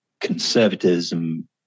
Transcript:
conservatism